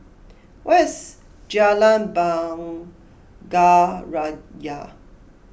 where is Jalan Bunga Raya